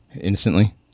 instantly